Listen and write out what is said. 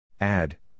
Add